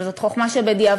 אבל זאת חוכמה שבדיעבד,